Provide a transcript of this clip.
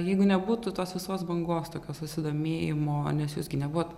jeigu nebūtų tos visos bangos tokio susidomėjimo nes jūs gi nebuvot